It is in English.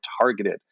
targeted